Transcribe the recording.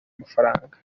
mafaranga